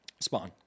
Spawn